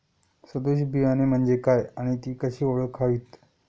सदोष बियाणे म्हणजे काय आणि ती कशी ओळखावीत?